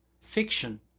fiction